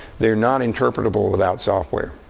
there not interpretable without software.